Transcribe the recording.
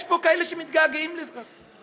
יש פה כאלה שמתגעגעים לזה.